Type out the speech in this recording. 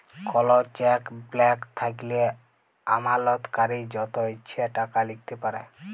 call cheque blank থ্যাইকলে আমালতকারী যত ইছে টাকা লিখতে পারে